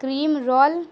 cream role